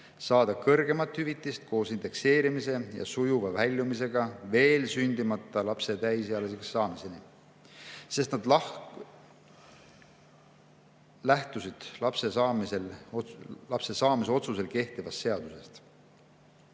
saada kõrgemat hüvitist koos indekseerimise ja sujuva väljumisega veel sündimata lapse täisealiseks saamiseni, sest nad lähtusid lapse saamise otsusel kehtivast seadusest?"